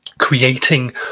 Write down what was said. creating